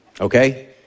Okay